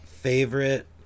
favorite